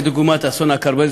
דוגמת אסון הכרמל,